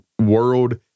world